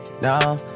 no